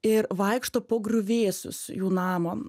ir vaikšto po griuvėsius jų namo